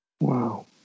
Wow